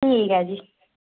ठीक ऐ जी